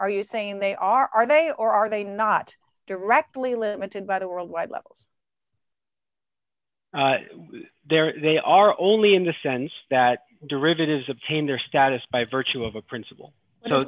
are you saying they are are they or are they not directly limited by the worldwide levels there they are only in the sense that derivatives obtained their status by virtue of a principle so